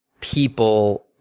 people